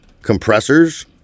compressors